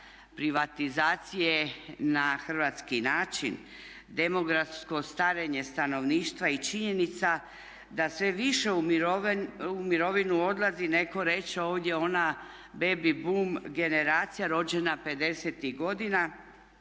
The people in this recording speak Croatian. privatizacije na hrvatski način, demografsko starenje stanovništva i činjenica da sve više u mirovinu odlazi netko reče ovdje ona baby bum generacija rođena pedesetih